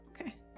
Okay